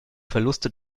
verluste